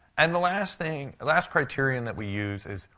and the last thing last criterion that we use is,